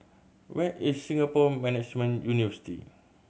where is Singapore Management University